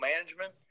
management